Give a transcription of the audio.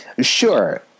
Sure